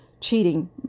cheating